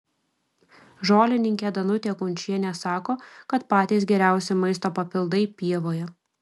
žolininkė danutė kunčienė sako kad patys geriausi maisto papildai pievoje